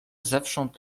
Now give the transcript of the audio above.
zewsząd